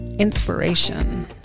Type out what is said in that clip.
inspiration